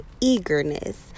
eagerness